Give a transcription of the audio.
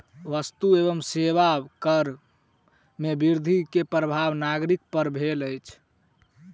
वस्तु एवं सेवा कर में वृद्धि के प्रभाव नागरिक पर भेल अछि